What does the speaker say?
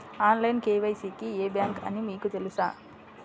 Online KYC కి ఏ bank అని మీకు తెలుసా?